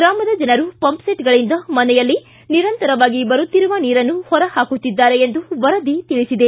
ಗ್ರಾಮದ ಜನರು ಪಂಪ ಸೆಟ್ಗಳಿಂದ ಮನೆಯಲ್ಲಿ ನಿರಂತರವಾಗಿ ಬರುತ್ತಿರುವ ನೀರನ್ನು ಹೊರಹಾಕುತ್ತಿದ್ದಾರೆ ಎಂದು ವರದಿ ತಿಳಿಸಿದೆ